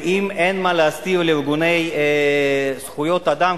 ואם לארגוני זכויות אדם,